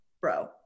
bro